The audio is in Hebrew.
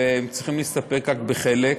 והם צריכים להסתפק רק בחלק.